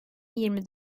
yirmi